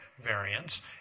variants